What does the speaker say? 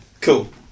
Cool